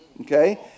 Okay